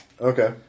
Okay